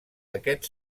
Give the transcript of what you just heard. aquest